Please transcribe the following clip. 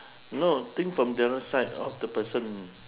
no think from the other side of the person